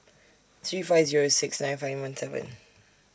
three five Zero six nine five one seven